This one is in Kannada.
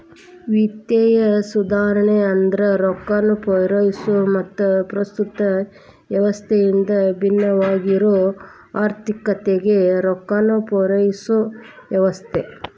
ವಿತ್ತೇಯ ಸುಧಾರಣೆ ಅಂದ್ರ ರೊಕ್ಕಾನ ಪೂರೈಸೊ ಮತ್ತ ಪ್ರಸ್ತುತ ವ್ಯವಸ್ಥೆಯಿಂದ ಭಿನ್ನವಾಗಿರೊ ಆರ್ಥಿಕತೆಗೆ ರೊಕ್ಕಾನ ಪೂರೈಸೊ ವ್ಯವಸ್ಥೆ